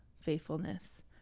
faithfulness